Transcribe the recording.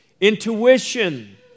intuition